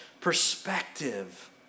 perspective